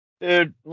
Dude